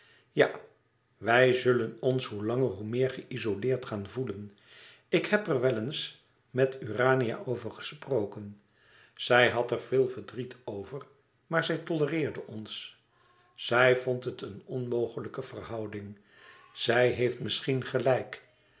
ja wij zullen ons hoe langer hoe meer geïzoleerd gaan voelen ik heb er wel eens met urania over gesproken zij had er veel verdriet over maar zij tolereerde ons zij vond het een onmogelijke verhouding zij heeft misschien gelijk